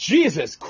Jesus